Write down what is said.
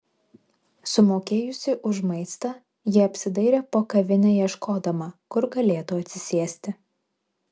sumokėjusi už maistą ji apsidairė po kavinę ieškodama kur galėtų atsisėsti